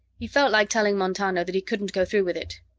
he felt like telling montano that he couldn't go through with it.